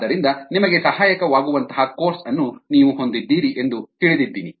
ಆದ್ದರಿಂದ ನಿಮಗೆ ಸಹಾಯಕವಾಗುವಂತಹ ಕೋರ್ಸ್ ಅನ್ನು ನೀವು ಹೊಂದಿದ್ದೀರಿ ಎಂದು ತಿಳಿದಿದ್ದೀನಿ